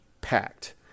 packed